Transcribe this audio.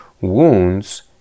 Wounds